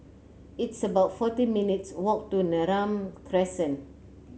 it's about forty minutes' walk to Neram Crescent